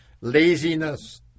laziness